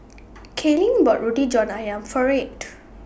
Kaylyn bought Roti John Ayam For Reid